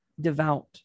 devout